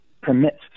permits